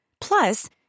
Plus